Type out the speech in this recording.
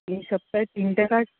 এই সপ্তাহে তিনটে কাজ